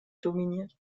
dominiert